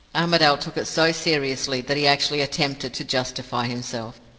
armadale took it so seriously that he actually attempted to justify himself.